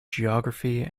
geography